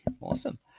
Awesome